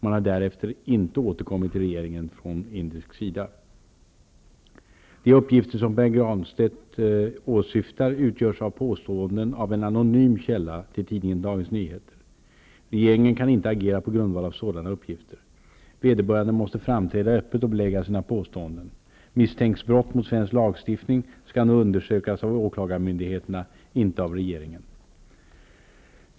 Man har därefter inte återkommit till regeringen från indisk sida. De uppgifter som Pär Granstedt åsyftar utgörs av påståenden av en anonym källa till tidningen Dagens Nyheter. Regeringen kan inte agera på grundval av sådana uppgifter. Vederbörande måste framträda öppet och belägga sina påståenden. Misstänks brott mot svensk lagstiftning skall det undersökas av åklagarmyndigheterna, inte av regeringen.